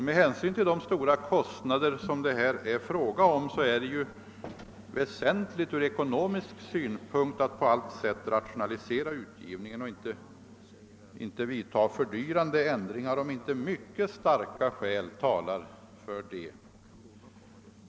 Med hänsyn till de stora kostnader som det är fråga om är det väsentligt från ekonomisk synpunkt att på allt sätt rationalisera utgivningen och inte vidta fördyrande ändringar, om inte mycket starka skäl talar för sådana.